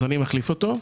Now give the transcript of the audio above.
אני מחליף אותו.